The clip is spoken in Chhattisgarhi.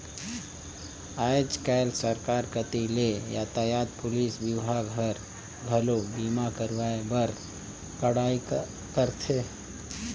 आयज कायज सरकार कति ले यातयात पुलिस विभाग हर, घलो बीमा करवाए बर कड़ाई करथे